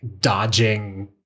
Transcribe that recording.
dodging